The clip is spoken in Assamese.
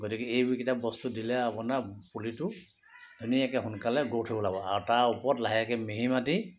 গতিকে এইকেইটা বস্তু দিলে আপোনাৰ পুলিটো ধুনীয়াকৈ সোনকালে গ্ৰ'থ হৈ ওলাব আৰু তাৰ ওপৰত লাহেকৈ মিহি মাটি